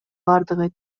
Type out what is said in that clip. бардыгы